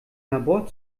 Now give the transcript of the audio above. labor